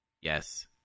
Yes